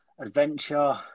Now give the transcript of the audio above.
adventure